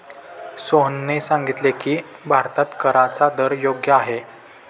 सोहनने सांगितले की, भारतात कराचा दर योग्य आहे